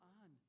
on